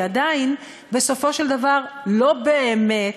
כי עדיין, בסופו של דבר, לא באמת,